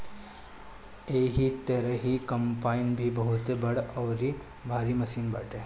एही तरही कम्पाईन भी बहुते बड़ अउरी भारी मशीन बाटे